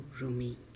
Rumi